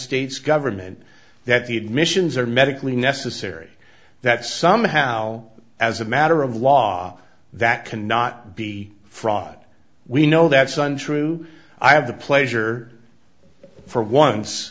states government that the admissions are medically necessary that somehow as a matter of law that cannot be fraud we know that's untrue i have the pleasure for once